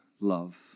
love